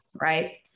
right